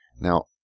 Now